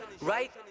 right